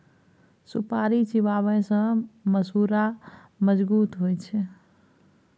सुपारी चिबाबै सँ मसुरा मजगुत होइ छै